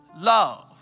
love